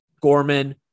Gorman